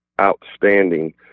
outstanding